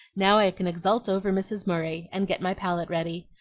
now i can exult over mrs. murray, and get my palette ready.